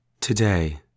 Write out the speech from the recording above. Today